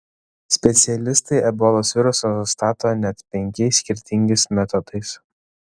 specialistai ebolos virusą nustato net penkiais skirtingais metodais